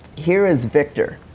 here is victor.